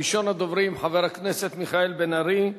ראשון הדוברים, חבר הכנסת מיכאל בן-ארי,